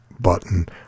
button